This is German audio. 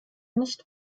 nicht